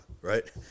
right